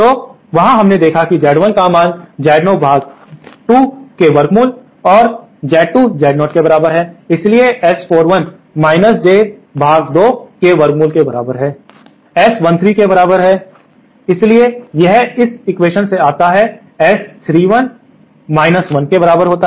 तो वहां हमने देखा कि Z1 का मान Z0 पर 2 के वर्गमूल और Z2 Z0 के बराबर है इसलिए S41 J पर 2 के वर्गमूल के बराबर है S31 के बराबर है इसलिए यह इस एक्वेशन से आता है S31 1 के बराबर होता है